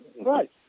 Right